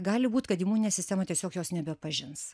gali būt kad imuninė sistema tiesiog jos nebeatpažins